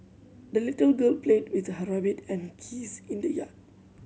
the little girl played with her rabbit and geese in the yard